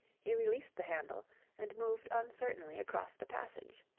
he released the handle and moved uncertainly across the passage.